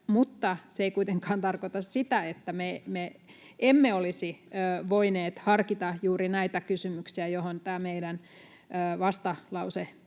mutta se ei kuitenkaan tarkoita sitä, että me emme olisi voineet harkita juuri näitä kysymyksiä, joihin tämä meidän vastalause